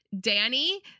Danny